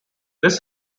this